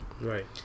Right